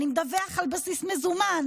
אני מדווח על בסיס מזומן,